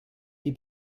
die